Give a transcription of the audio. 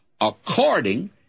According